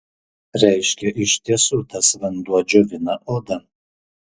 reiškia iš tiesų tas vanduo džiovina odą